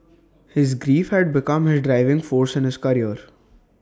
his grief had become his driving force in his career